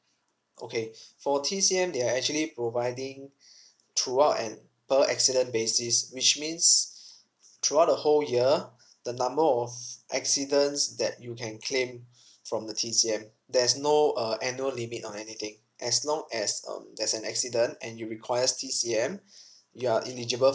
okay for T_C_M they're actually providing throughout and per accident basis which means throughout the whole year the number of accidents that you can claim from the T_C_M there's no uh annual limit or anything as long as um there's an accident and you requires T_C_M you're eligible